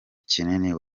kinini